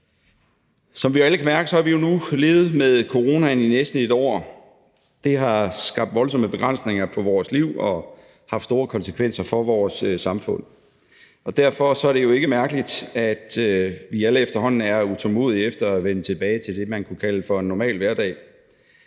Som vi alle kan mærke, har vi jo nu levet med coronaen i næsten et år. Det har skabt voldsomme begrænsninger for vores liv og haft store konsekvenser for vores samfund. Og derfor er det jo ikke mærkeligt, at vi alle er utålmodige efter at vende tilbage til det, man kunne kalde for en normal hverdag.